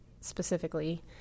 specifically